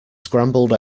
scrambled